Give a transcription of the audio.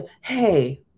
hey